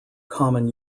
common